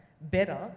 better